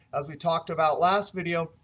as we talked about last video,